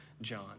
John